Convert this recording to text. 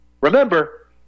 Remember